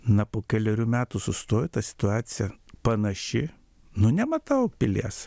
na po kelerių metų sustojo ta situacija panaši nu nematau pilies